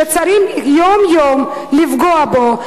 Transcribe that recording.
שצריך יום-יום לפגוע בו,